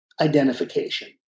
identification